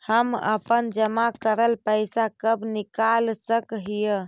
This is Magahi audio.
हम अपन जमा करल पैसा कब निकाल सक हिय?